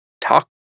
talk